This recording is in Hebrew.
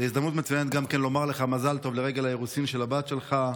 זו הזדמנות מצוינת גם לומר לך מזל טוב לרגל האירוסין של הבת שלך.